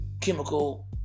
chemical